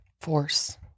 Force